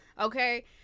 Okay